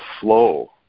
flow